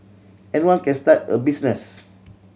anyone can start a business